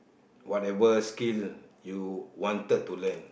whatever skill you wanted to learn